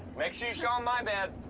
make sure you show him my bed.